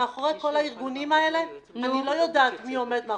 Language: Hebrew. שמאחורי כל הארגונים האלה אני לא יודעת מי עומד מאחוריהם.